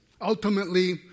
Ultimately